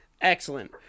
Excellent